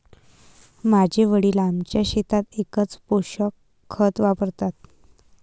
माझे वडील आमच्या शेतात एकच पोषक खत वापरतात